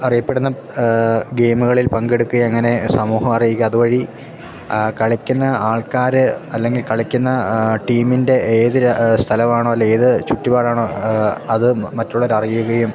അറിയപ്പെടുന്ന ഗെയിമുകളിൽ പങ്കെടുക്കുകയും അങ്ങനെ സമൂഹം അറിയുക അതുവഴി ആ കളിക്കുന്ന ആൾക്കാര് അല്ലെങ്കില് കളിക്കുന്ന ആ ടീമിൻ്റെ ഏത് ര സ്ഥലമാണോ അല്ലെങ്കില് ഏതു ചുറ്റുപാടാണോ അതു മറ്റുള്ളവര് അറിയുകയും